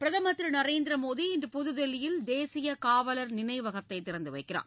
பிரதமர் திரு நரேந்திர மோடி இன்று புதுதில்லியில் தேசிய காவலர் நினைவகத்தை திறந்து வைக்கிறார்